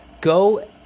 Go